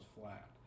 flat